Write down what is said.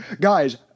Guys